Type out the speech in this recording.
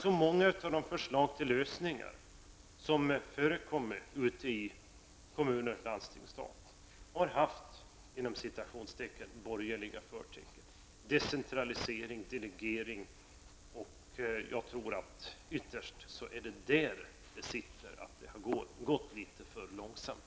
Så många av förslagen till lösningar som förekommer ute i kommuner, landsting och inom staten har nämligen haft ''borgerliga'' förtecken -- decentralisering och delegering. Och jag tror att det ytterst är därför som det hittills har gått litet för långsamt.